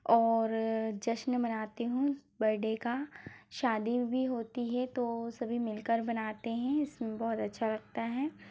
और जश्न मनाती हूँ बर्थडे का शादी भी होती है तो सभी मिलकर बनाते हैं इसमें बहुत अच्छा लगता है